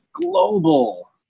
global